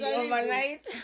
overnight